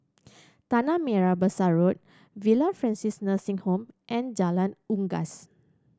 Tanah Merah Besar Road Villa Francis Nursing Home and Jalan Unggas